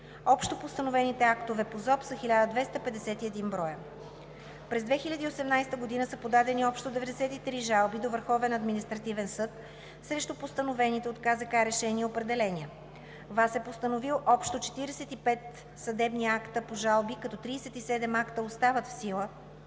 Общо постановените актове по ЗОП са 1251 броя. През 2018 г. са подадени общо 93 жалби до ВАС срещу постановените от КЗК решения и определения. ВАС е постановил общо 45 съдебни акта по жалби, като 37 акта остават в сила,